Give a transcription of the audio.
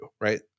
right